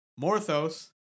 Morthos